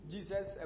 Jesus